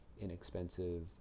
inexpensive